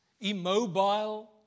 immobile